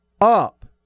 up